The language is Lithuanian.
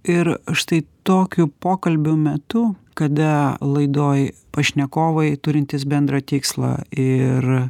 ir štai tokių pokalbių metu kada laidoj pašnekovai turintys bendrą tikslą ir